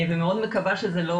מאוד מקווה שזה לא